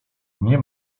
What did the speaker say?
nie